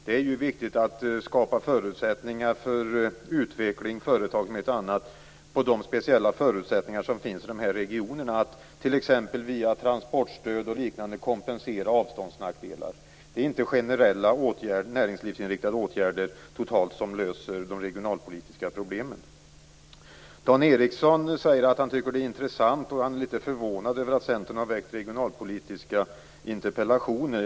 Det är viktigt att skapa goda villkor för utveckling för företag på grundval av de speciella förutsättningar som finns i de olika regionerna. Man kan t.ex. via transportstöd kompensera avståndsnackdelar. Det är inte generella näringslivsinriktade åtgärder som löser de regionalpolitiska problemen. Dan Ericsson sade att han var litet förvånad över att Centern hade framställt regionalpolitiska interpellationer.